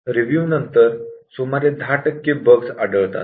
review नंतर सुमारे 10 टक्के बग आढळतात